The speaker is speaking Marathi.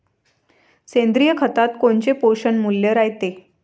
सेंद्रिय खतात कोनचे पोषनमूल्य रायते?